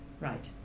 right